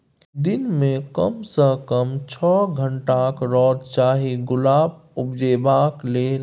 दिन मे कम सँ कम छअ घंटाक रौद चाही गुलाब उपजेबाक लेल